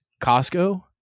Costco